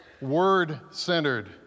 word-centered